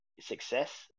success